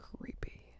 Creepy